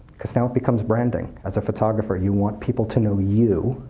because now it becomes branding. as a photographer, you want people to know to you,